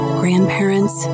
grandparents